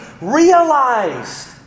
realized